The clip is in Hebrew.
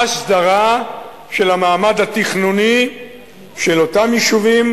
הסדרה של המעמד התכנוני של אותם יישובים